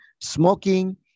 smoking